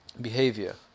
behavior